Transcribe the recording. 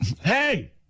hey